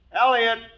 Elliot